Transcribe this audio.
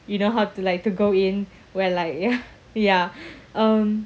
you know how to like to go in when like ya um